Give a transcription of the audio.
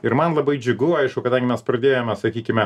ir man labai džiugu aišku kadangi mes pradėjome sakykime